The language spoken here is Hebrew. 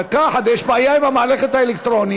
דקה אחת, יש בעיה עם המערכת האלקטרונית.